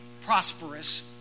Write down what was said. prosperous